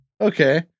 Okay